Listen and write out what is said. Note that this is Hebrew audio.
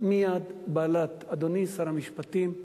מייד בלט, אדוני שר המשפטים,